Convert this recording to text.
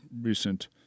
recent